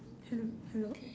hello hello